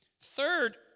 Third